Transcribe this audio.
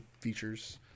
features